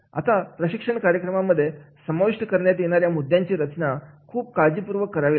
आता प्रशिक्षण कार्यक्रमामध्ये समाविष्ट करण्यात येणाऱ्या मुद्द्यांची रचना सुद्धा खूप काळजीपूर्वक करावी लागते